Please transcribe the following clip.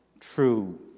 true